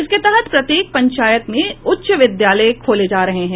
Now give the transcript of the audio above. इसके तहत प्रत्येक पंचायत में उच्च विद्यालय खोले जा रहे हैं